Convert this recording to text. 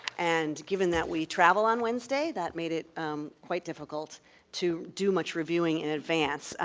and given that we travel on wednesday, that made it quite difficult to do much reviewing in advance.